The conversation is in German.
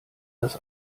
das